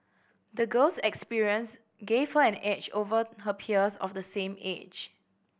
the girl's experience gave her an edge over her peers of the same age